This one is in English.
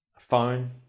Phone